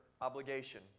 obligation